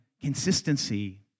consistency